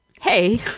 hey